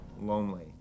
lonely